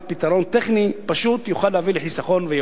פתרון טכני פשוט יוכל להביא לחיסכון וייעול.